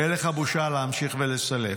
אין לך בושה להמשיך ולסלף.